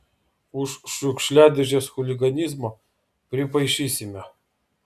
už šiukšliadėžes chuliganizmą pripaišysime